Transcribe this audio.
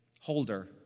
holder